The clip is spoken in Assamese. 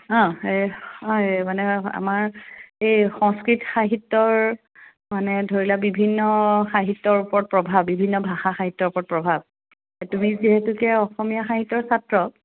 অ' এই মানে আমাৰ এই সংস্কৃত সাহিত্যৰ মানে ধৰি লোৱ বািভিন্ন সাহিত্যৰ ওপৰত প্ৰভাৱ বিভিন্ন ভাষা সাহিত্যৰ ওপৰত প্ৰভাৱ তুমি যিহেতুকে অসমীয়া সাহিত্যৰ ছাত্ৰ